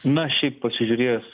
na šiaip pasižiūrės